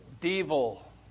devil